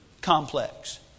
complex